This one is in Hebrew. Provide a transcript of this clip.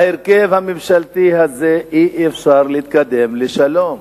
בהרכב הממשלתי הזה אי-אפשר להתקדם לשלום.